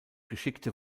geschickte